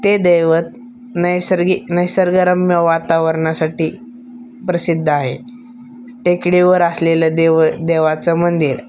ते दैवत नैसर्गिक निसर्गरम्य वातावरणासाठी प्रसिद्ध आहे टेकडीवर असलेलं देव देवाचं मंदिर